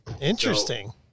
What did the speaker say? Interesting